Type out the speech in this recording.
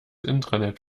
intranet